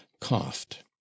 coughed